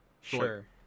sure